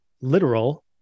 literal